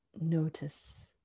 Notice